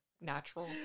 natural